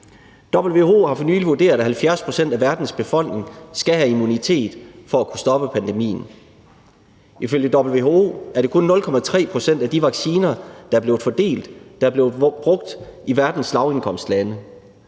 WHO har for nylig vurderet, at 70 pct. af verdens befolkning skal have immunitet for at kunne stoppe pandemien. Ifølge WHO er det kun 0,3 pct. af de vacciner, der er blevet fordelt, der er blevet brugt i verdens lavindkomstlande.